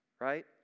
right